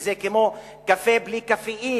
זה כמו קפה בלי קפאין,